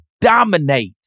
dominate